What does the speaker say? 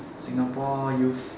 Singapore youth